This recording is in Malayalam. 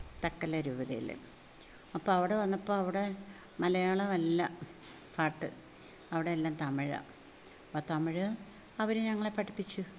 തക്കല രൂപതയിൽ അപ്പം അ വന്നപ്പോൾ അവിടെ മലയാളമല്ല പാട്ട് അവിടെ എല്ലാം തമിഴാണ് അപ്പം തമിഴ് അവർ ഞങ്ങളെ പഠിപ്പിച്ചു